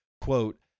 Quote